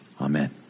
Amen